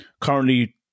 currently